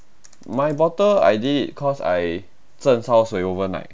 my bottle I did cause I 蒸烧水 overnight